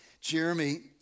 Jeremy